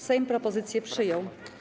Sejm propozycję przyjął.